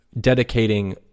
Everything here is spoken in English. dedicating